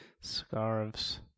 scarves